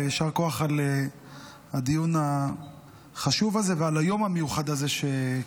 יישר כוח על הדיון החשוב הזה ועל היום המיוחד הזה שקבעת.